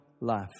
life